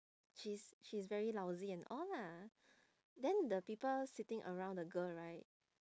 she's she's very lousy and all lah then the people seating around the girl right